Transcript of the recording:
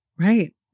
Right